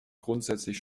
grundsätzlich